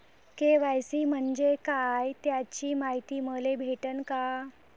KYC म्हंजे काय त्याची मायती मले भेटन का?